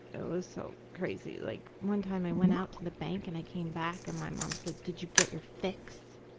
it was so crazy, like one time i went out to the bank and when i came back, and my mom said, did you get your fix?